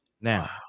Now